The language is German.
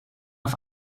auf